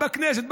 בכנסת,